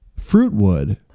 Fruitwood